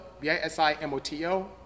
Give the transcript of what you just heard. B-I-S-I-M-O-T-O